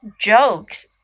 jokes